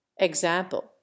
Example